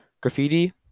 graffiti